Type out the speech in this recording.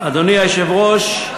אדוני היושב-ראש,